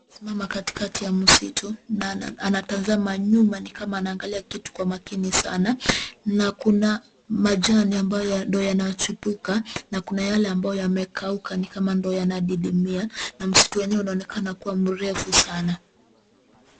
Simama katikakati ya msitu, na anatazama nyuma , ni kama anaangalia kitu kwa umakini sana , na kuna majani ambayo ndiyo yanachipuka na kula yale ambayo yamekauka ama ndo yanadidimia .Msitu wenyewe unaonekana kuwa mrefu sana.